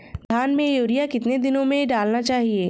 धान में यूरिया कितने दिन में डालना चाहिए?